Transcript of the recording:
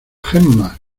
gemma